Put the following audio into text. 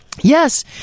Yes